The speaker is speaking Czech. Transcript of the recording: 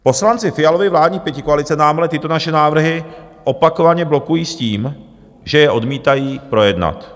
Poslanci Fialovy vládní pětikoalice nám ale tyto naše návrhy opakovaně blokují s tím, že je odmítají projednat.